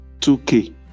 2K